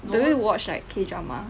do you watch like K drama